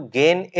gain